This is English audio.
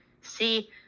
see